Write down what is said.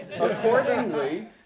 Accordingly